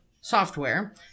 software